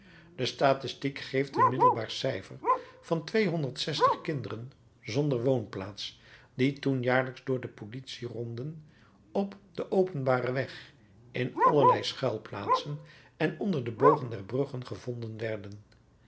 de statistiek geeft een middelbaar cijfer van tweehonderd zestig kinderen zonder woonplaats die toen jaarlijks door de politieronden op den openbaren weg in allerlei schuilplaatsen en onder de bogen der bruggen gevonden werden